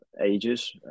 ages